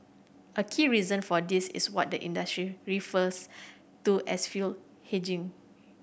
a key reason for this is what the industry refers to as fuel hedging